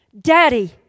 Daddy